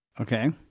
Okay